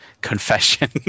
confession